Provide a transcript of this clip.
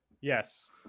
Yes